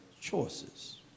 choices